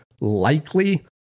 likely